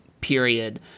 period